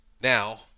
Now